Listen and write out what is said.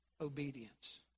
obedience